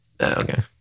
okay